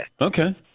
okay